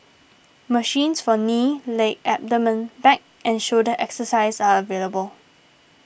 machines for knee leg abdomen back and shoulder exercises are available